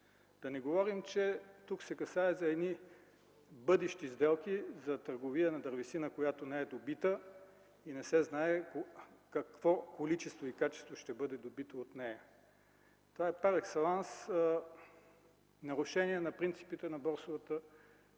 Да не говорим, че тук се касае за едни бъдещи сделки за търговия на дървесина, която не е добита и не се знае какво количество и качество ще бъде добито от нея. Това е парекселанс нарушение на принципите на борсовата търговия,